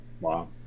Wow